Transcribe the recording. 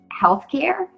healthcare